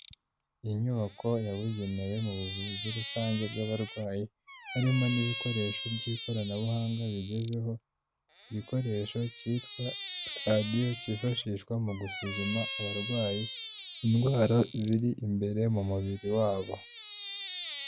Iyi nyubako yabugenewe mu buvuzi rusange bw'abarwayi harimo n'ibikoresho by'ikoranabuhanga bigezeho, igikoresho cyitwa radiyo cyifashishwa mu gusuzuma abarwayi indwara ziri imbere mu mubiri wabo.